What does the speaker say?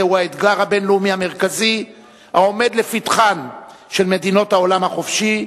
זהו האתגר הבין-לאומי המרכזי העומד לפתחן של מדינות העולם החופשי,